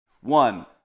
one